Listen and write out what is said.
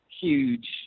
huge